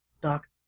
doctor